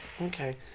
Okay